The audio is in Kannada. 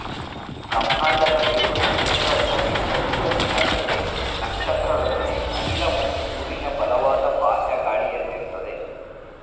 ಬ್ರಹ್ಮಾಂಡದ ನೀರು ನಕ್ಷತ್ರ ರಚನೆಯಿಂದ ಉತ್ಪತ್ತಿಯಾಗ್ತದೆ ನಕ್ಷತ್ರ ರಚನೆ ಅನಿಲ ಮತ್ತು ಧೂಳಿನ ಬಲವಾದ ಬಾಹ್ಯ ಗಾಳಿಯಲ್ಲಿರ್ತದೆ